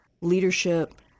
leadership-